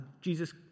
Jesus